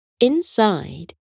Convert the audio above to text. Inside